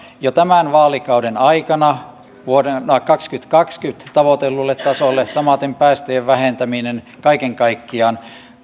jo tämän vaalikauden aikana vuoden kaksituhattakaksikymmentä tavoitellulle tasolle samaten päästöjen vähentäminen kaiken kaikkiaan